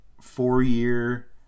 four-year